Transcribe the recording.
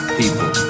people